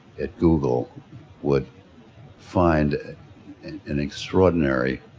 at google would find an extraordinary